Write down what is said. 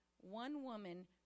one-woman